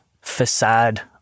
facade